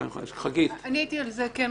חגית, בבקשה.